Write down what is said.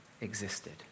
existed